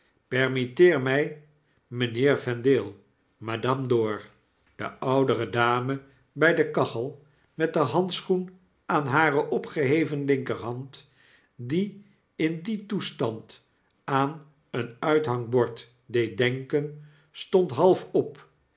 permitteer mg mijnheer vendale madame dor de oudere dame bij de kachel met den handschoen aan hare opgeheven linkerhand die in dien toestand aan een uithangbord deed denken stond half op